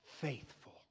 faithful